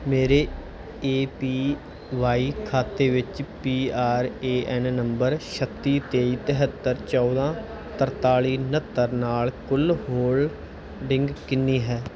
ਮੇਰੇ A P Y ਖਾਤੇ ਵਿੱਚ P R A N number ਛੱਤੀ ਤੇਈ ਤਿਹੱਤਰ ਚੌਦਾਂ ਤਰਤਾਲੀ ਉਣੱਤਰ ਨਾਲ ਕੁੱਲ ਹੋਲਡਿੰਗ ਕਿੰਨੀ ਹੈ